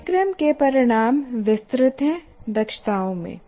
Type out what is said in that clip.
पाठ्यक्रम के परिणाम विस्तृत हैं दक्षताओं में